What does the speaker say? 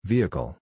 Vehicle